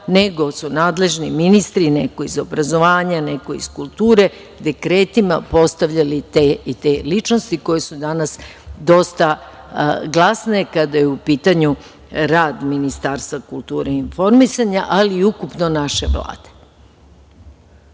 nego su nadležni ministri, neko iz obrazovanja, neko iz kulture, dekretima postavljali te i te ličnosti koje su danas dosta glasne kada je u pitanju rad Ministarstva kulture i informisanja, ali i ukupno naše Vlade. Svi